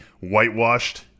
whitewashed